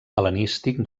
hel·lenístic